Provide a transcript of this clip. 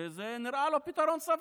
זה נראה לו פתרון סביר.